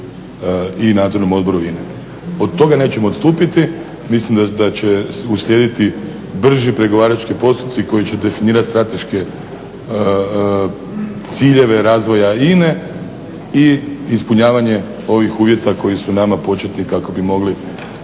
i Nadzornom odboru INA-e. Od toga nećemo odstupiti, mislim da će uslijediti brži pregovarački postupci koji će definirat strateške ciljeve razvoja INA-e i ispunjavanje ovih uvjeta koji su nama početni kako bi mogli